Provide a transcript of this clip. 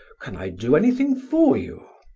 can i do anything for you?